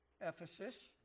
Ephesus